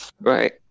Right